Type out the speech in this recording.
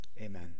Amen